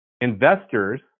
Investors